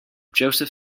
joseph